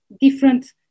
different